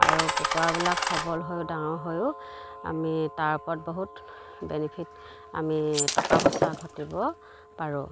আৰু কুকুৰাবিলাক সবল হৈ ডাঙৰ হৈও আমি তাৰ ওপৰত বহুত বেনিফিট আমি টকা পইচা ঘটিব পাৰোঁ